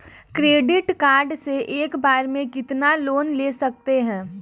Credit card से एक बार में कितना लोन ले सकते हैं?